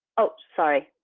oh, sorry.